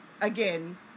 again